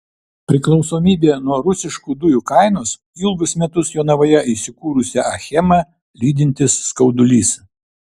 priklausomybė nuo rusiškų dujų kainos ilgus metus jonavoje įsikūrusią achemą lydintis skaudulys